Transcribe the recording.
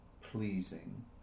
pleasing